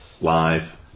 live